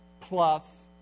plus